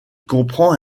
comprend